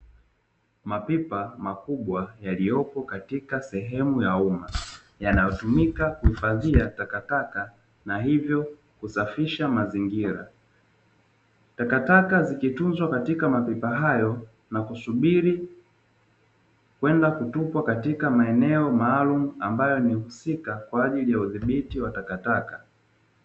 Mapipa makubwa yaliyopo katika sehemu ya umma yanayotumika kuhifadhia takataka na hivyo kusafisha mazingira, takataka zikitunzwa katika mapipa hayo na kusubiri kwenda kutupwa katika maeneo maalumu ambayo ni husika kwa ajili ya udhibiti wa takataka.